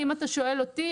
אם אתה שואל אותי,